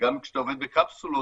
שגם כשאתה עובד בקפסולות,